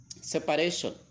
separation